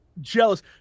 jealous